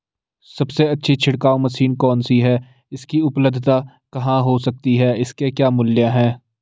सबसे अच्छी छिड़काव मशीन कौन सी है इसकी उपलधता कहाँ हो सकती है इसके क्या मूल्य हैं?